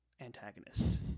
antagonist